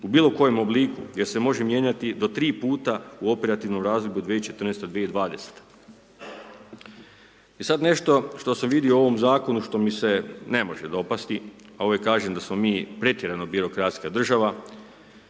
u bilokojem obliku jer se može mijenjati do 3 puta u operativnom razdoblju 2014.-2020.? E sad nešto što sam vidio u ovom zakonu, što mi se ne može dopasti a uvijek kažem da smo mi pretjerano birokratska država.